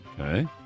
Okay